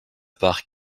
part